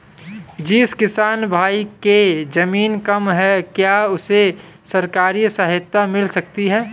जिस किसान भाई के ज़मीन कम है क्या उसे सरकारी सहायता मिल सकती है?